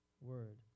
word